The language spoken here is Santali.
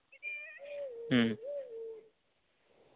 ᱦᱮᱸ